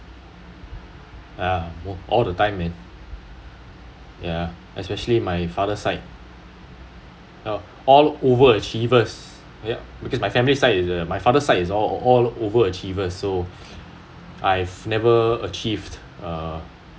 yeah all the time man yeah especially my father's side all over achievers ya because my family side is my father side is all over achievers so I've never achieved uh